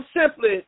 simply